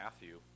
Matthew